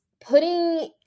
putting